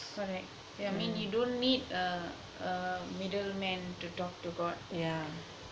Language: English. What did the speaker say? correct yeah I mean you don't need a a middle man to talk to god